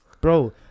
Bro